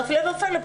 והפלא ופלא,